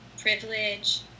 privilege